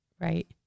Right